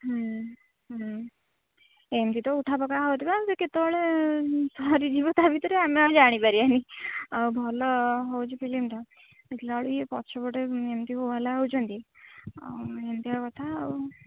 ହମ୍ମ ହମ୍ମ ଏମିତି ତ ଉଠାପକା ହଉଥିବା ସେ କେତେବେଳେ ସରିଯିବ ତା' ଭିତରେ ଆମେ ଆଉ ଜାଣିପାରିବାନି ଆଉ ଭଲ ହେଉଛି ଫିଲିମଟା ଦେଖିଲାବେଳକୁ ଏ ପଛପଟେ ଏମିତି ହୋହାଲ୍ଲା ହେଉଛନ୍ତି ଏମିତିଆ କଥା ଆଉ